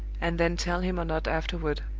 and then tell him or not afterward,